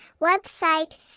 website